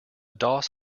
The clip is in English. doss